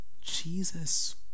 Jesus